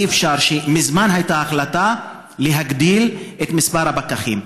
מזמן הייתה החלטה להגדיל את מספר הפקחים,